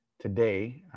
Today